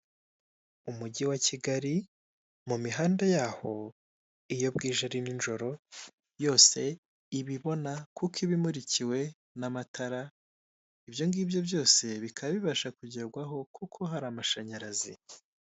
Umugi wa Kigali mu mihanda yaho iyo bwije ari ninjoro yose iba ibona kuko iba imurikiwe n'amatara, ibyo ngibyo byose bikaba bibasha kugerwaho kuko hari amashanyarazi.